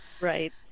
Right